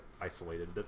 isolated